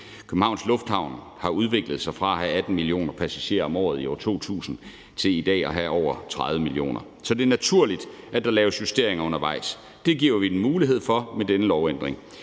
Københavns Lufthavn har udviklet sig fra at have 18 millioner passagerer om året i 2000 til i dag at have over 30 millioner. Så det er naturligt, at der laves justeringer undervejs. Det giver vi dem mulighed for med denne lovændring.